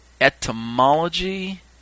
etymology